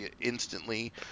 instantly